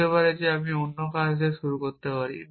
হতে পারে আমি অন্য কাজ শুরু করতে পারি